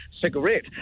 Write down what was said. cigarette